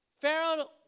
Pharaoh